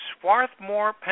Swarthmore